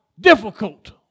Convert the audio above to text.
difficult